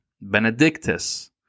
Benedictus